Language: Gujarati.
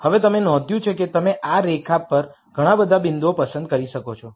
હવે તમે નોંધ્યું છે કે તમે આ રેખા પર ઘણા બધા બિંદુઓ પસંદ કરી શકો છો